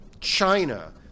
China